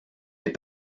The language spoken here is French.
des